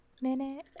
minute